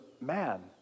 man